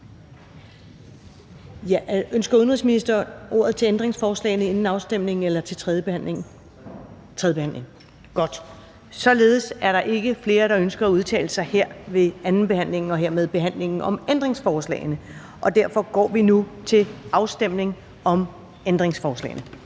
Ønsker udenrigsministeren ordet til ændringsforslagene inden afstemningen eller til tredjebehandlingen? Til tredjebehandlingen. Godt! Således er der ikke flere, der ønsker at udtale sig her ved andenbehandlingen og hermed behandlingen om ændringsforslagene, og derfor går vi nu til afstemning om ændringsforslagene.